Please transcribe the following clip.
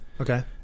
Okay